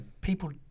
people